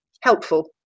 helpful